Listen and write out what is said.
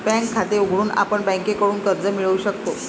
bank खाते उघडून आपण बँकेकडून कर्ज मिळवू शकतो